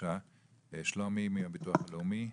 בבקשה שלומי מהביטוח הלאומי.